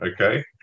okay